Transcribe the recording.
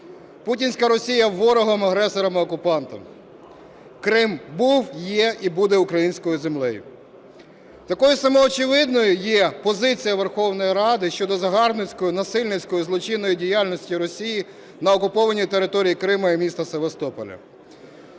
путінська Росія є ворогом, агресором і окупантом, Крим був, є і буде українською землею. Такою самоочевидною є позиція Верховної Ради щодо загарбницької, насильницької, злочинної діяльності Росії на окупованій території Криму і міста Севастополя.